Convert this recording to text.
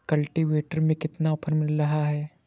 Cultivator में कितना offer मिल रहा है?